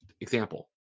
example